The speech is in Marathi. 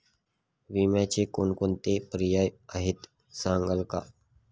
विम्याचे कोणकोणते पर्याय आहेत सांगाल का?